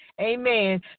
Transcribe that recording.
amen